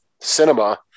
cinema